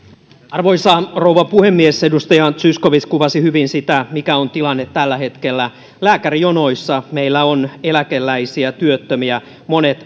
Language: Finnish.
arvoisa rouva puhemies edustaja zyskowicz kuvasi hyvin sitä mikä on tilanne tällä hetkellä lääkärijonoissa meillä on eläkeläisiä työttömiä monet